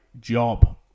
job